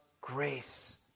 grace